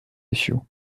issue